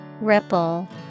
Ripple